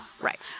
Right